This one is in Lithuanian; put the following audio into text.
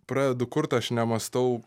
pradedu kurt aš nemąstau